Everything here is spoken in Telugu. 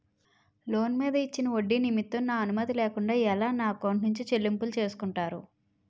లోన్ మీద ఇచ్చిన ఒడ్డి నిమిత్తం నా అనుమతి లేకుండా ఎలా నా ఎకౌంట్ నుంచి చెల్లింపు చేసుకుంటారు?